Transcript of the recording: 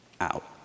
out